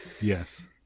Yes